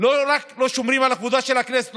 לא רק שלא שומרים על כבודה של הכנסת,